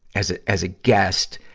as a, as a guest.